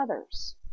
others